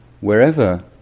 wherever